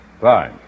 Fine